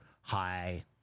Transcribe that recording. high